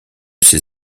ses